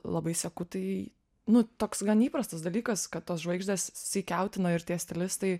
labai seku tai nu toks gan įprastas dalykas kad tos žvaigždės seikiautina ir tie stilistai